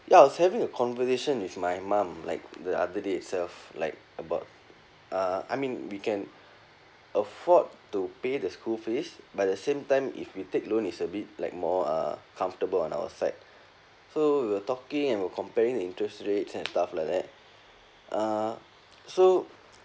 ya I was having a conversation with my mum like the other day itself like about uh I mean we can afford to pay the school fees but at the same time if we take loan is a bit like more uh comfortable on our side so we were talking and we were comparing the interest rates and stuff like that uh so